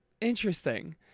interesting